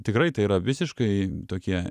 tikrai tai yra visiškai tokie